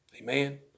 Amen